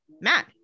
Matt